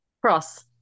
cross